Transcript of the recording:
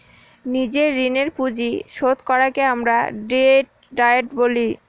নিজের ঋণের পুঁজি শোধ করাকে আমরা ডেট ডায়েট বলি